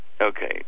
Okay